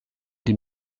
den